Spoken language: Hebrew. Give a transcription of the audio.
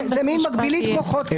זה מעין מקבילית כוחות.